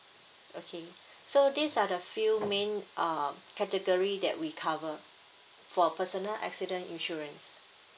okay so these are the few main um category that we cover for personal accident insurance